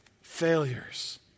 failures